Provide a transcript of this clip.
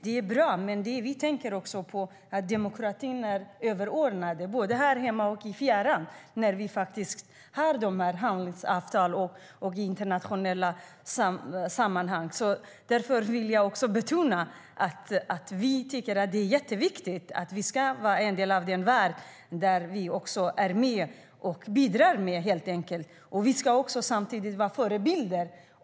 Det är bra, men för oss är demokratin överordnad, både härhemma och i fjärran, i sådana här handelsavtal och i internationella sammanhang. Därför vill jag betona att vi tycker att det är jätteviktigt att vi är en del av världen och är med och bidrar. Vi ska samtidigt vara förebilder.